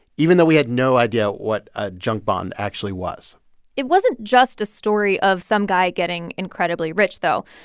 even though we had no idea what a junk bond actually was it wasn't just a story of some guy getting incredibly rich, though.